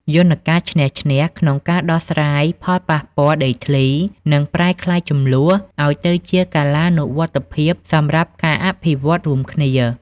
យន្តការ "ឈ្នះ-ឈ្នះ" ក្នុងការដោះស្រាយផលប៉ះពាល់ដីធ្លី នឹងប្រែក្លាយជម្លោះឱ្យទៅជាកាលានុវត្តភាពសម្រាប់ការអភិវឌ្ឍរួមគ្នា។